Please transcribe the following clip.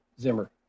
Zimmer